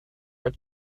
our